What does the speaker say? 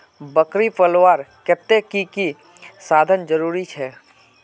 बकरी पलवार केते की की साधन जरूरी छे?